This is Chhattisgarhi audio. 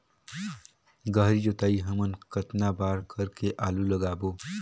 गहरी जोताई हमन कतना बार कर के आलू लगाबो?